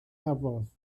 cafodd